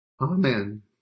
Amen